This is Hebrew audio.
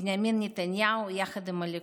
בנימין נתניהו יחד עם הליכוד.